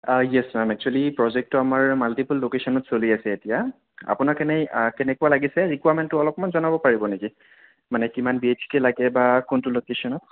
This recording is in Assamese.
অঁ ইয়েচ মেম এক্সোৱেলি প্ৰজেক্ট আমাৰ মাল্টিপুল লোকেচনত চলি আছে এতিয়া আপোনাক এনেই কেনেকুৱা লাগিছে ৰিকুৱাৰমেণ্টটো অলপমান জনাব পাৰিব নেকি মানে কিমান বিএইচকে লাগে বা কোনটো লকেচনত